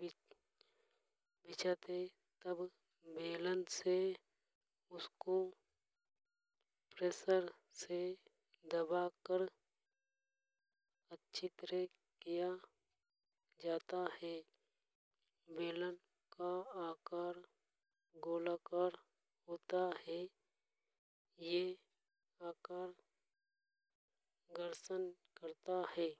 बिछाते तब उसको अच्छी तरह से दबाकर अच्छी तरह किया जाता है। बेलन का आकर गोलाकार होता है। यह आकर घर्षण करता है।